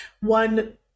one